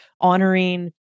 honoring